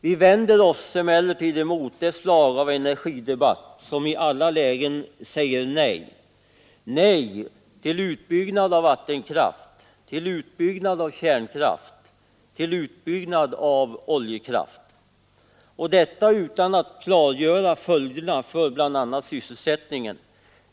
Vi vänder oss emellertid emot det slag av energidebatt som i alla lägen säger nej till utbyggnad av vattenkraft, kärnkraft, oljekraft. Och detta utan att klargöra följderna för bl.a. sysselsättningen.